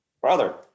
brother